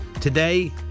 Today